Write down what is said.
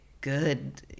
good